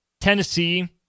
Tennessee